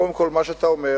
קודם כול, מה שאתה אומר